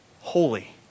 Holy